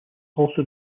also